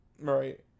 Right